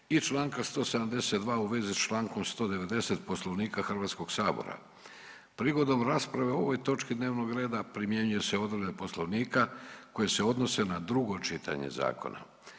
i čl. 172. u vezi s čl. 190. Poslovnika HS-a. Prigodom rasprave o ovoj točki dnevnog reda primjenjuju se odredbe koje se tiču na drugo čitanje na